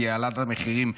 כי העלאת המחירים,